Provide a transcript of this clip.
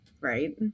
right